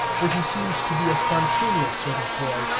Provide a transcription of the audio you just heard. for he seemed to be a spontaneous sort of boy.